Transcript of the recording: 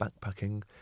backpacking